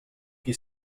qui